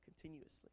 continuously